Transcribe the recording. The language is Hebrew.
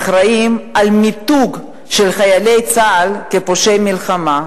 אחראים למיתוג של חיילי צה"ל כפושעי מלחמה,